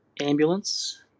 Ambulance